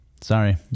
Sorry